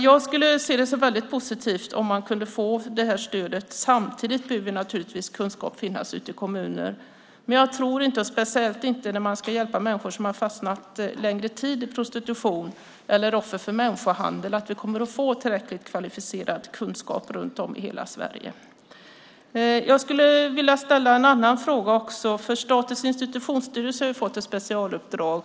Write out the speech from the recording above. Jag tycker att det skulle vara mycket positivt om man kunde få detta stöd. Samtidigt behöver naturligtvis kunskap finnas ute i kommuner. Men jag tror inte, speciellt inte när man ska hjälpa människor som en längre tid har fastnat i prostitution eller som är offer för människohandel, att vi kommer att få tillräckligt kvalificerad kunskap runt om i hela Sverige. Jag vill ställa en annan fråga. Statens institutionsstyrelse har fått ett specialuppdrag.